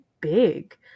big